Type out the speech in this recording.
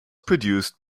produced